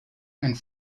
and